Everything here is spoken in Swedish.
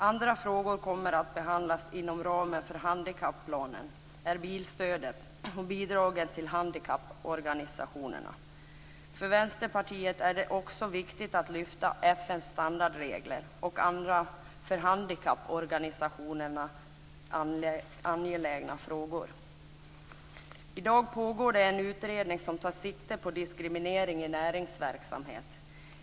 Andra frågor som kommer att behandlas inom ramen för handikapplanen är bilstödet och bidragen till handikapporganisationerna. För Vänsterpartiet är det också viktigt att lyfta fram FN:s standardregler och andra för handikapporganisationer angelägna frågor. I dag pågår en utredning som tar sikte på diskriminering i näringsverksamhet.